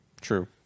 True